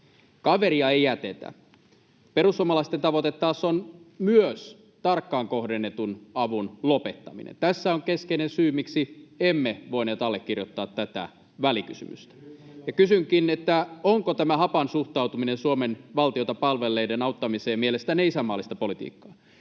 Kaveria ei jätetä. Perussuomalaisten tavoite taas on myös tarkkaan kohdennetun avun lopettaminen. Tässä on keskeinen syy, miksi emme voineet allekirjoittaa tätä välikysymystä, ja kysynkin: onko tämä hapan suhtautuminen Suomen valtiota palvelleiden auttamiseen mielestänne isänmaallista politiikkaa?